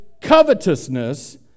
covetousness